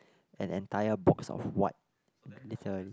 an entire box of white little